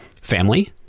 family